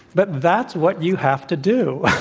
but that's what you have to do.